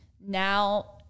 now